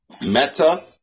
meta